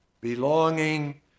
Belonging